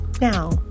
now